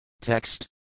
Text